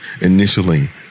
initially